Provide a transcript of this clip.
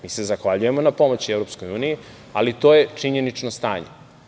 Mi se zahvaljujemo na pomoći EU ali to je činjenično stanje.